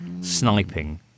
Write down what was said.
sniping